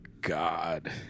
god